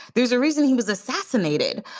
there's a reason he was assassinated.